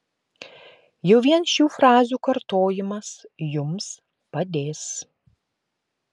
jau vien šių frazių kartojimas jums padės